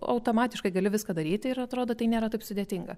automatiškai gali viską daryti ir atrodo tai nėra taip sudėtinga